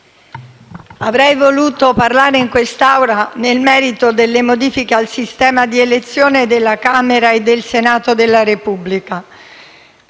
avrei voluto parlare in quest'Aula del merito delle modifiche al sistema di elezione della Camera e del Senato della Repubblica.